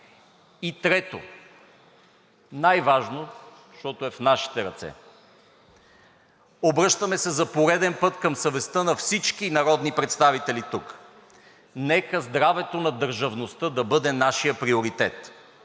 И трето, най-важно, защото е в нашите ръце. Обръщаме се за пореден път към съвестта на всички народни представители тук – нека здравето на държавността да бъде нашият приоритет,